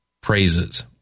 praises